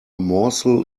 morsel